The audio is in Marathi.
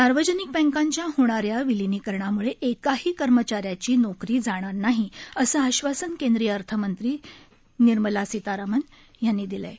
सार्वजनिक बँकांच्या होणा या विलीनीकरणामुळे एकाही कर्मचा याची नोकरी जाणार नाही असं आश्वासन केंद्रीय अर्थमंत्री निर्मला सीतारामन यांनी दिली आहे